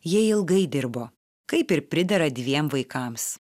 jie ilgai dirbo kaip ir pridera dviem vaikams